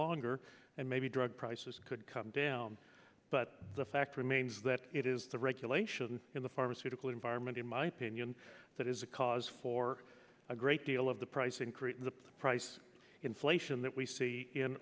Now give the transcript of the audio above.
longer and maybe drug prices could come down but the fact remains that it is the regulation in the pharmaceutical environment in my opinion that is a cause for a great deal of the price increase in the price inflation that we see in